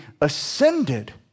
ascended